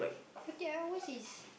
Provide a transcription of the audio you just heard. forty hours is